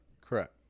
Correct